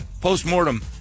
post-mortem